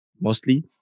mostly